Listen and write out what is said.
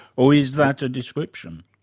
or is that a description?